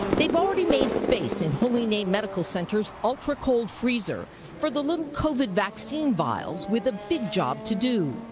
they've already made space in holy name medical center's ultra cold freezer for the little covid vaccine vials with a big job to do.